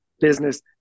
business